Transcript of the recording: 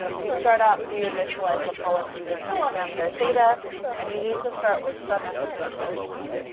you start up, you you initialize the policy with some parameter theta and you need to start with some estimate of the baseline.